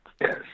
Yes